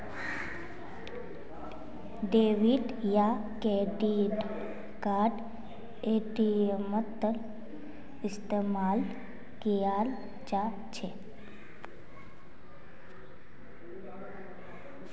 debit या credit card एटीएमत इस्तेमाल कियाल जा छ